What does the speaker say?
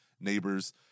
neighbors